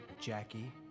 Jackie